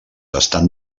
estan